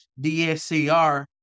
DSCR